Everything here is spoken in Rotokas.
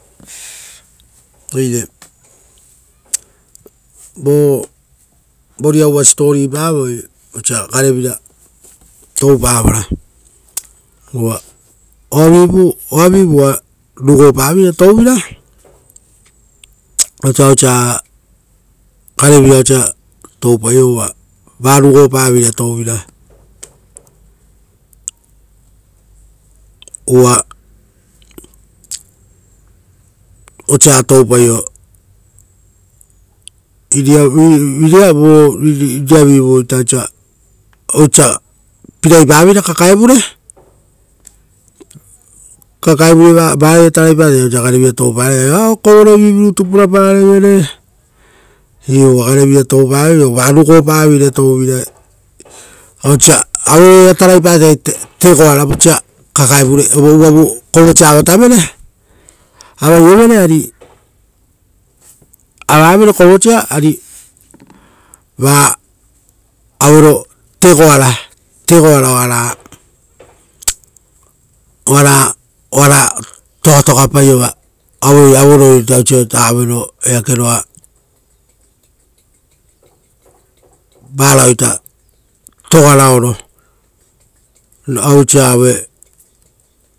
Oire voariva siposipopavoi osia garevira toupavora; uva oavivu oa rugopaveira touvira, vosa osia garevira osia toupaio oa rugopaveira touvira, osa toupaio-uva osio osa rereipaveira kakaevure, kakaevure varoia taraipaviei osia garevira toupareve, o-kovorovivurutu puraparevere iu uva va rugopaveira touvira. Aueroia taraipatai, tegoara, vosa uvavu kovosa avavere ra tegoara togatogapaivere aueroia toga raoro.